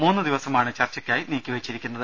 മൂന്ന് ദിവസമാണ് ചർച്ചക്കായി നീട്ടിവെച്ചിരിക്കുന്നത്